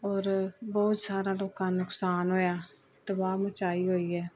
ਔਰ ਬਹੁਤ ਸਾਰਾ ਲੋਕਾਂ ਨੁਕਸਾਨ ਹੋਇਆ ਤਬਾਹੀ ਮਚਾਈ ਹੋਈ ਹੈ